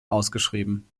ausgeschrieben